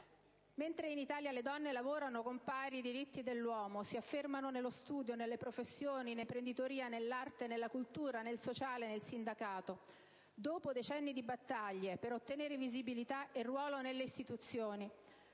Mentre in Italia le donne lavorano con pari diritti dell'uomo, si affermano nello studio, nelle professioni, nell'imprenditoria, nell'arte, nella cultura, nel sociale, nel sindacato; dopo decenni di battaglie per ottenere visibilità e ruolo nelle istituzioni;